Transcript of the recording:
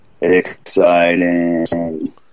Exciting